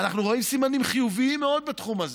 אנחנו רואים סימנים חיוביים מאוד בתחום הזה.